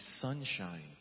sunshine